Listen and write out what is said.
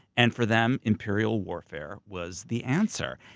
and for them, imperial warfare was the answer.